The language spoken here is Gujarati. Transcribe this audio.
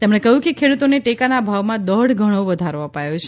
તેમણે કહ્યું કે ખેડુતોને ટેકાના ભાવમાં દોઢ ગણો વધારો અપાયો છે